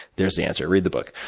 there's the answer, read the book.